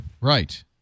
Right